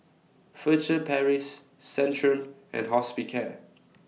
Furtere Paris Centrum and Hospicare